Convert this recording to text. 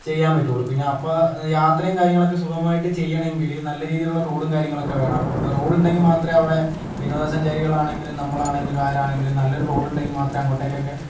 ചെയ്യാൻ പറ്റുള്ളൂ പിന്നെ അപ്പം യാത്രയും കാര്യങ്ങളൊക്കെ സുഖമമായിട്ട് ചെയ്യണം എങ്കില് നല്ല രീതിയിലുള്ള റോഡും കാര്യങ്ങളൊക്കെ വേണം അപ്പം റോഡ് ഉണ്ടെങ്കിൽ മാത്രമേ അവിടെ വിനോദസഞ്ചാരികൾ ആണെങ്കിലും നമ്മൾ ആണെങ്കിലും ആരാണെങ്കിലും നല്ലൊരു റോഡ് ഉണ്ടെങ്കിൽ മാത്രേ അങ്ങോട്ടേക്കൊക്കെ